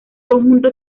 conjunto